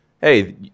hey